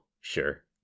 sure